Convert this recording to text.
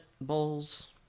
bowls